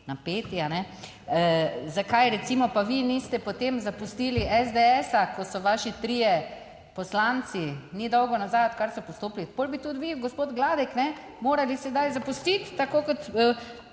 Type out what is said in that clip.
napeti, a ne. Zakaj recimo pa vi niste potem zapustili SDS, ko so vaši trije poslanci, ni dolgo nazaj odkar so pristopili. Potem bi tudi vi gospod Gladek morali sedaj zapustiti, tako kot,